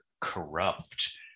corrupt